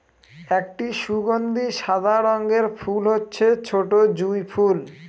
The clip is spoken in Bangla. একটি সুগন্ধি সাদা রঙের ফুল হচ্ছে ছোটো জুঁই ফুল